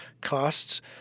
costs